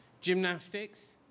Gymnastics